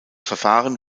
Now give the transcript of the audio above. verfahren